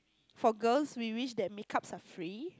for girls we wish that make-ups are free